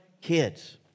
kids